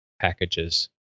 packages